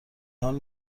حال